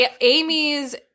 Amy's